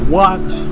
watch